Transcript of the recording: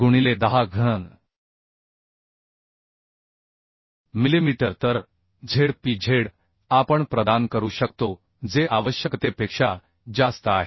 गुणिले 10 घन मिलिमीटर तर Z p Z आपण प्रदान करू शकतो जे आवश्यकतेपेक्षा जास्त आहे